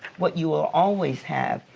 what you will always have.